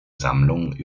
sammlung